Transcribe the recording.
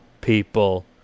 people